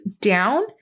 down